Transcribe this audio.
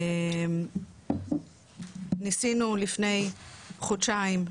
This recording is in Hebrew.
ניסינו לפני חודשיים,